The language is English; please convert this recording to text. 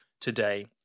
today